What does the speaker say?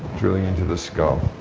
drilling into the skull.